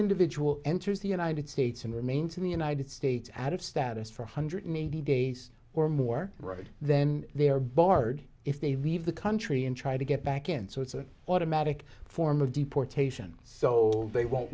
individual enters the united states and remains in the united states out of status for hundred eighty days or more road then they're barred if they leave the country and try to get back in so it's an automatic form of deportation so they won't